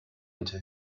into